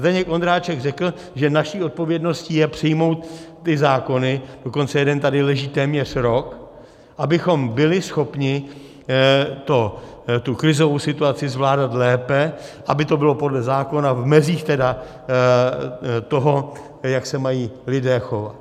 Zdeněk Ondráček řekl, že naší odpovědností je přijmout ty zákony, dokonce jeden tady leží téměř rok, abychom byli schopni krizovou situaci zvládat lépe, aby to bylo podle zákona v mezích toho, jak se mají lidé chovat.